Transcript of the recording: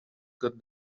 got